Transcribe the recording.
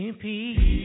peace